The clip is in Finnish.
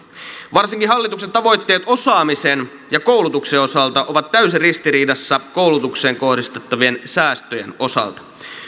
varsinkin hallituksen tavoitteet osaamisen ja koulutuksen osalta ovat täysin ristiriidassa koulutukseen kohdistettavien säästöjen osalta